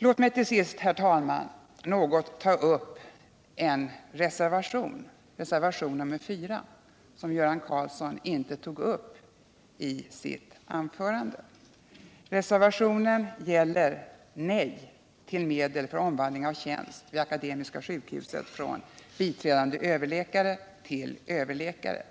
Låt mig till sist, herr talman, något ta upp reservationen 4, som Göran Karlsson inte tog upp i sitt anförande. Reservationen gäller nej till medel för omvandling av tjänst vid Akademiska sjukhuset från biträdande överläkare till överläkare.